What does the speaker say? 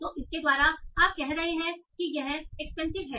तो इसके द्वारा आप कह रहे हैं कि यह एक्सपेंसिव है